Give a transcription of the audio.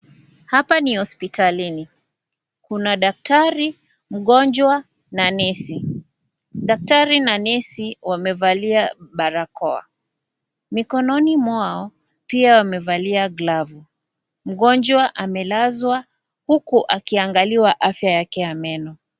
Hapa ni hospitalini kuna daktari, mgonjwa na nesi ,daktari na nesi wamevalia barakoa mikononi mwao pia wamevalia glafu mgonjwa amelazwa huku akiangaliwa afya yake ya meno.